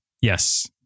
Yes